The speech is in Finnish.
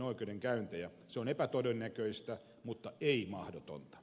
se on epätodennäköistä mutta ei mahdotonta